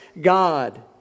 God